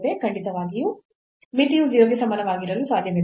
ಖಂಡಿತವಾಗಿಯೂ ಮಿತಿಯು 0 ಗೆ ಸಮಾನವಾಗಿರಲು ಸಾಧ್ಯವಿಲ್ಲ